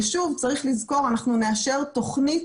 ושוב, צריך לזכור, אנחנו נאשר תוכנית